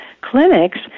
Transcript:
clinics